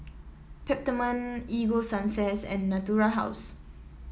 Peptamen Ego Sunsense and Natura House